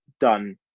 done